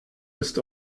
ist